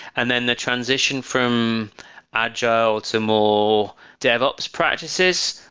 and then the transition from agile to more devops practices,